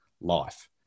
life